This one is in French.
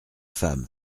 femme